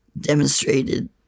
demonstrated